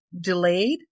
delayed